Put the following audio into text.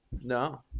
No